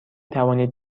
توانید